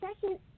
second